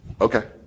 Okay